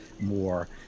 more